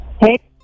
Hey